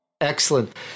Excellent